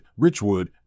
Richwood